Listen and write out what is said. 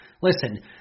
Listen